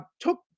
took